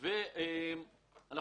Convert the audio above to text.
שניים,